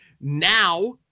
Now